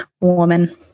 woman